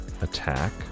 attack